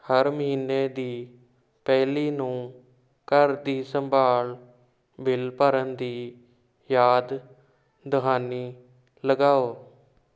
ਹਰ ਮਹੀਨੇ ਦੀ ਪਹਿਲੀ ਨੂੰ ਘਰ ਦੀ ਸੰਭਾਲ ਬਿਲ ਭਰਨ ਦੀ ਯਾਦ ਦਹਾਨੀ ਲਗਾਓ